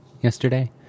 yesterday